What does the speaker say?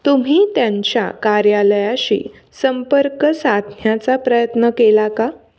तुम्ही त्यांच्या कार्यालयाशी संपर्क साधण्याचा प्रयत्न केला का